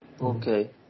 Okay